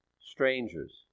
strangers